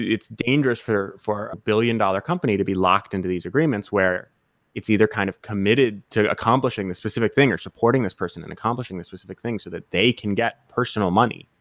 it's dangerous for for a billion dollar company to be locked into these agreements where it's either kind of committed to accomplishing the specific thing or supporting this person and accomplishing this specific thing so that they can get personal money,